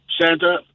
Santa